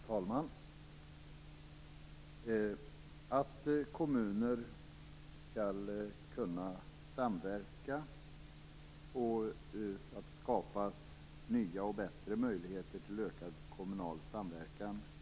Fru talman! Vi från Vänsterpartiet tycker att det är positivt att kommuner skall kunna samverka och att det skapas nya och bättre möjligheter till ökad kommunal samverkan.